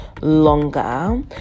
longer